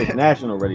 national radio